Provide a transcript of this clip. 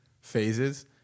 phases